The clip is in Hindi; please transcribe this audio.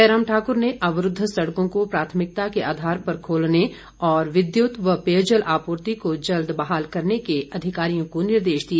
जयराम ठाक्र ने अवरूद्व सड़कों को प्राथमिकता के आधार पर खोलने और विद्युत व पेयजल आपूर्ति को जल्द बहाल करने के अधिकारियों को निर्देश दिए